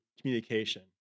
communication